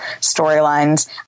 storylines